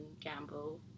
Gamble